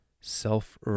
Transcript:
self